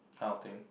kind of thing